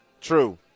True